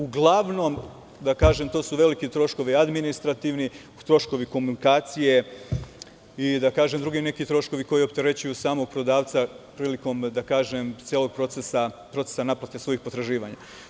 Uglavnom, to su veliki troškovi administrativni, troškovi komunikacije i drugi neki troškovi koji opterećuju samog prodavca prilikom celog procesa naplate svojih potraživanja.